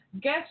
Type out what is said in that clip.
guess